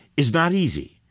is not easy.